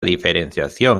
diferenciación